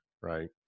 Right